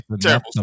terrible